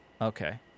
Okay